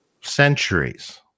centuries